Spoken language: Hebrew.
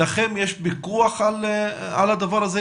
לכם יש פיקוח על הדבר הזה,